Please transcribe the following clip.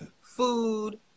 food